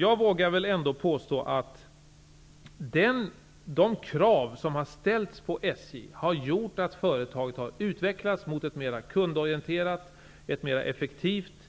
Jag vågar ändå påstå att de krav som har ställts på SJ har gjort att företaget har utvecklats mot ett mer kundorienterat, effektivt